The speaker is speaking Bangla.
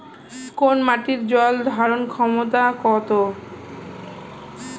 কোন মাটির জল ধারণ ক্ষমতা কম?